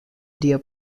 deer